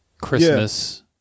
Christmas